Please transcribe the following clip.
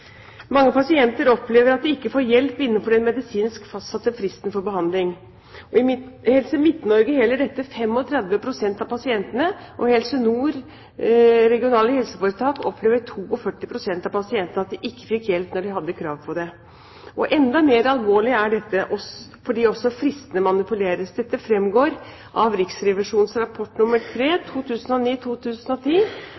Mange pasienter opplever at de ikke får hjelp innenfor den medisinske fastsatte fristen for behandling. I Helse Midt-Norge gjelder dette for 35 pst. av pasientene, og i Helse Nord RFH opplever hele 42 pst. av pasientene at de ikke fikk hjelp når de hadde krav på det. Enda mer alvorlig er dette fordi også fristene manipuleres. Dette fremgår av Riksrevisjonens